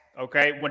Okay